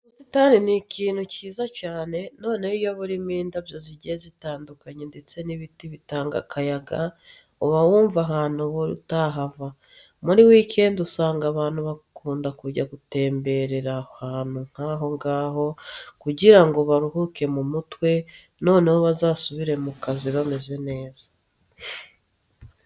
Ubusitani ni ikintu cyiza cyane, noneho iyo burimo indabyo zigiye zitandukanye ndetse n'ibiti bitanga akayaga uba wumva ahantu buri utahava. Muri weekend usanga abantu bakunda kujya gutemberera ahantu nk'aho ngaho kugira ngo baruhuke mu mutwe noneho bazasubire mu kazi bameze neza.